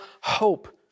hope